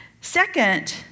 Second